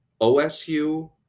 OSU